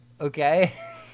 Okay